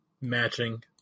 matching